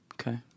Okay